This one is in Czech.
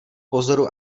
pozoru